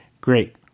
Great